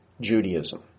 Judaism